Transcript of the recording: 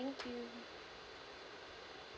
thank you